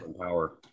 power